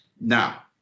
now